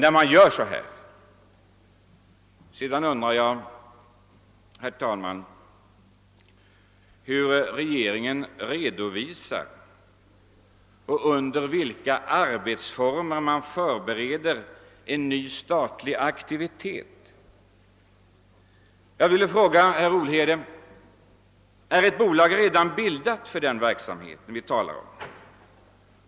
Vidare undrar jag, herr talman, hur regeringen redovisar och under vilka arbetsformer den förbereder en ny statlig aktivitet. Jag vill fråga herr Olhede: Är ett bolag redan bildat för den verksamhet vi talar om?